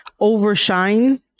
overshine